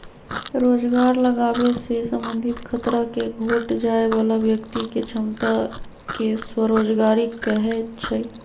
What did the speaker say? रोजगार लागाबे से संबंधित खतरा के घोट जाय बला व्यक्ति के क्षमता के स्वरोजगारी कहै छइ